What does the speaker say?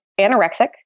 anorexic